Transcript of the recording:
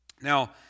Now